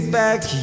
back